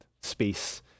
space